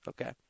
Okay